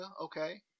okay